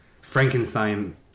frankenstein